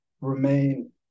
remain